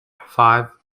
five